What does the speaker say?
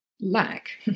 lack